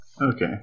okay